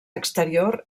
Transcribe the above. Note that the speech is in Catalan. exterior